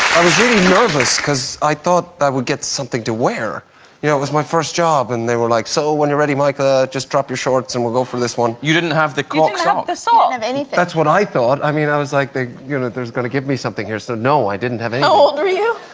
i was getting nervous because i thought that would get something to wear you know, it was my first job and they were like so when you're ready micah just drop your shorts and we'll go for this one. you didn't have the clock so sort of that's what i thought. i mean i was like they you know, there's gonna give me something here so no, i didn't have a no all three. yeah.